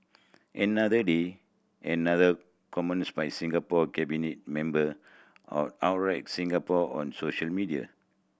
another day another comments by Singapore cabinet member Singapore on social media